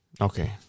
Okay